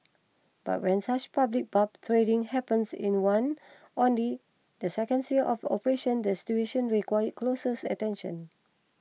but when such public barb trading happens in one only the seconds year of operations the situation requires closes attention